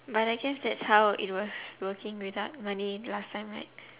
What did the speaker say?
but I guess that's how it was working without money last time like